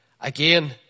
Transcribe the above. Again